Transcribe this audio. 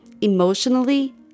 emotionally